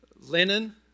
Linen